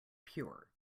pure